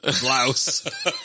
blouse